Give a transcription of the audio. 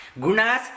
gunas